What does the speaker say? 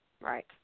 Right